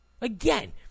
Again